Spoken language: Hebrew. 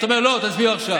אתה אומר: לא, תעביר עכשיו.